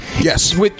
yes